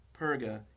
Perga